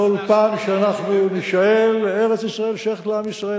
בכל פעם שאנחנו נישאל: ארץ-ישראל שייכת לעם ישראל,